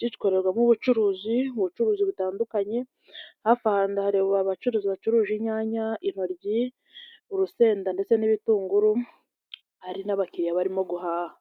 gikorerwamo ubucuruzi, ubucuruzi butandukanye, hafi aha ndahareba abacuruzi bacuruje inyanya, intoryi urusenda ndetse n'ibitunguru, hari n'abakiriya barimo guhaha.